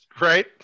Right